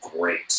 great